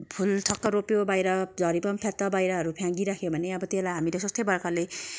फुल ठक्क रोप्यो बाहिर झरेको पनि फ्यात्त बाहिरहरू फ्याँकिराख्यो भने अब त्यसलाई हामीले सस्तै प्रकारले